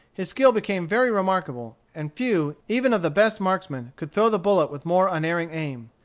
his skill became very remarkable, and few, even of the best marksmen, could throw the bullet with more unerring aim.